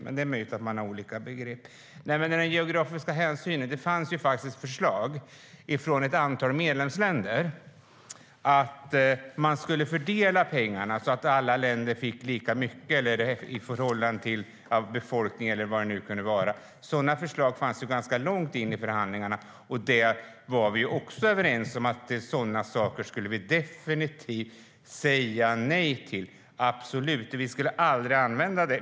Men det är möjligt att begreppen är olika. Beträffande geografiska hänsyn: Det fanns faktiskt förslag från ett antal medlemsländer om att man skulle fördela pengarna så att alla länder fick lika mycket i förhållande till befolkningen eller vad det kunde vara. Sådana förslag fanns det ganska långt in i förhandlingarna. Vi var överens om att definitivt säga nej till sådana saker. Det skulle aldrig användas.